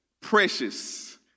precious